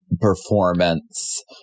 performance